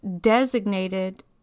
designated